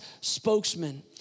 spokesman